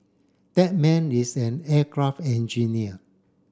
that man is an aircraft engineer